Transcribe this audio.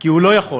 כי הוא לא יכול.